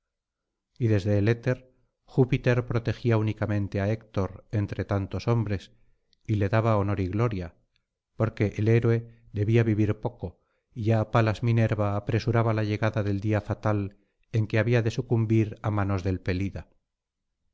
y desde el éter júpiter protegía únicamente á héctor entre tantos hombres y le daba honor y gloria porque el héroe debía vivir poco y ya palas minerva apresurábala llegada del día fatal en que había de sucumbir á manos del